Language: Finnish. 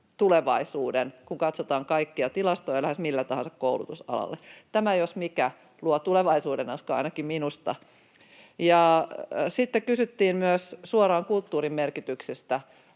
tulevaisuuden, kun katsotaan kaikkia tilastoja lähes mille tahansa koulutusalalle. Tämä jos mikä luo tulevaisuudenuskoa ainakin minusta. Ja sitten kysyttiin myös suoraan kulttuurin merkityksestä.